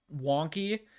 wonky